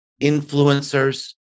influencers